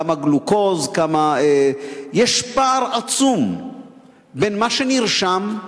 כמה גלוקוז וכו' יש פער עצום בין מה שנרשם,